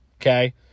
Okay